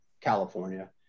California